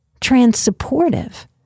trans-supportive